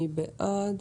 מי בעד?